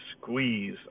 squeeze